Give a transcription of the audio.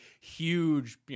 huge